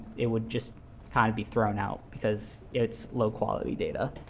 it would just kind of be thrown out because it's low-quality data.